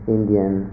Indian